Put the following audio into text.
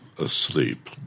Asleep